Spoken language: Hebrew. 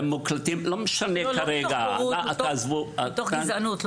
זה לא מתוך בורות ;זה מתוך גזענות.